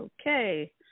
Okay